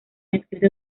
escrito